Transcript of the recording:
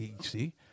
See